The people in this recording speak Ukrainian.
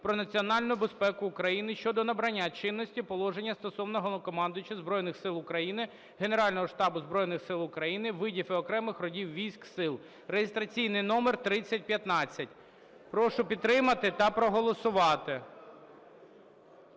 "Про національну безпеку України" щодо набрання чинності положеннями стосовно Головнокомандувача Збройних Сил України, Генерального штабу Збройних Сил України, видів і окремих родів військ (сил) (реєстраційний номер 3015). Прошу підтримати та проголосувати.